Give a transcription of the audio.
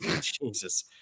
Jesus